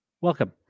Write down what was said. welcome